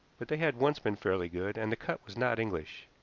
but they had once been fairly good, and the cut was not english.